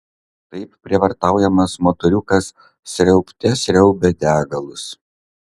taip prievartaujamas motoriukas sriaubte sriaubė degalus